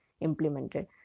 implemented